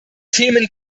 themen